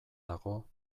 dago